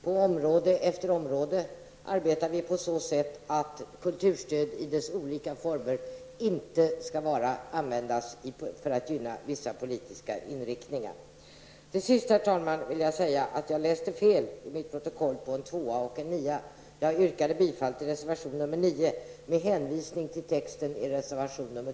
På område efter område verkar vi för att kulturstöd i olika former inte skall användas för att gynna vissa politiska riktningar.